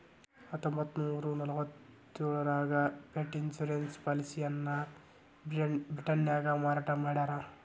ಹತ್ತೊಂಬತ್ತನೂರ ನಲವತ್ತ್ಯೋಳರಾಗ pet insurance ಪಾಲಿಸಿಯನ್ನ ಬ್ರಿಟನ್ನ್ಯಾಗ ಮಾರಾಟ ಮಾಡ್ಯಾರ